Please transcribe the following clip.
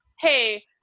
Hey